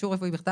אישור מגורם